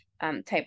type